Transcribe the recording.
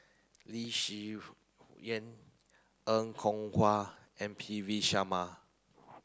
Lee Yi Shyan Er Kwong Wah and P V Sharma